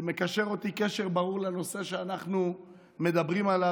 זה מקשר אותי בקשר ברור לנושא שאנחנו מדברים עליו,